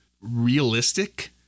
realistic